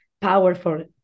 powerful